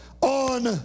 on